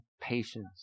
patience